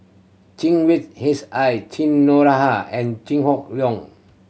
Chen Wen Cheryl Noronha and Chew Hock Leong